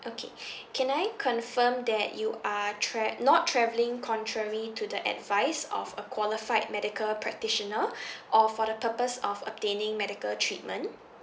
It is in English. okay can I confirm that you are tra~ not travelling contrary to the advise of a qualified medical practitioner or for the purpose of obtaining medical treatment